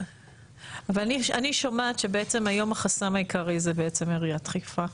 אני שומעת שבעצם היום החסם העיקרי הוא בעצם עיריית חיפה,